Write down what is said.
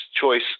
choice